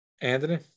Anthony